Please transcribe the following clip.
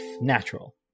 natural